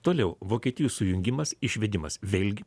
toliau vokietijų sujungimas išvedimas vėlgi